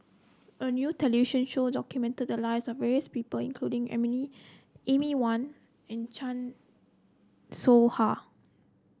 a new television show documented the lives of various people including Amy Amy Van and Chan Soh Ha